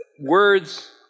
words